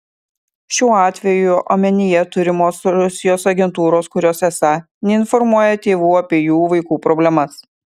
šiuo atveju omenyje turimos rusijos agentūros kurios esą neinformuoja tėvų apie jų vaikų problemas